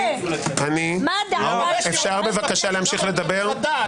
אפשר בבקשה להמשיך לדבר?